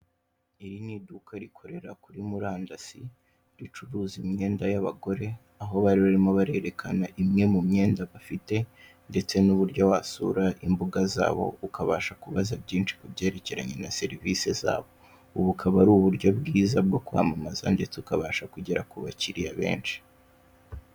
Iri ni iduka rikorera kuri murandasi, ricuruza imyenda y'abagore, aho bari rurimo barerekana imwe mu myenda bafite ndetse n'uburyo wasura imbuga zabo ukabasha kubaza byinshi ku byerekeranye na serivisi zabo, ubu bukaba ari uburyo bwiza bwo kwamamaza ndetse ukabasha kugera ku bakiriya benshi.